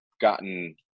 gotten